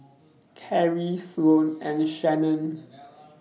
Karri Sloane and Shanon